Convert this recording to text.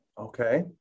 Okay